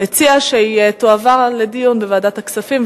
הציע שהנושא יועבר לדיון בוועדת הכספים.